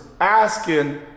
asking